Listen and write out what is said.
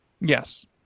yes